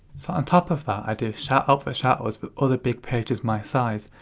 so on top of that i do shoutout for shoutouts with other big pages my size.